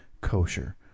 kosher